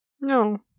No